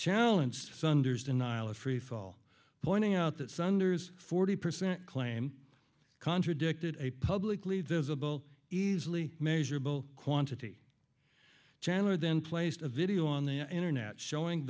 challenge sunders denial of freefall pointing out that sunders forty percent claim contradicted a publicly visible easily measurable quantity chandler then placed a video on the internet showing